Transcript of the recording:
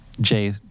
Jay